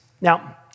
Now